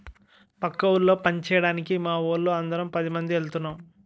పక్క ఊళ్ళో పంచేయడానికి మావోళ్ళు అందరం పదిమంది ఎల్తన్నం